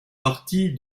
partie